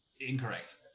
Incorrect